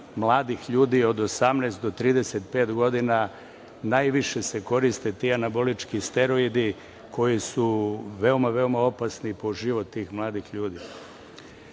mladih ljudi od 18 do 35 godina najviše se koriste ti anabolički steroidi koji su veoma, veoma opasni po život tih mladih ljudi.U